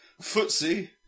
Footsie